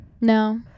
No